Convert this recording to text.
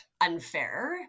unfair